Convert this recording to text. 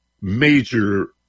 major